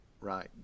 right